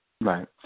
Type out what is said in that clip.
Right